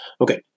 Okay